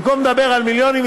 במקום לדבר על מיליונים,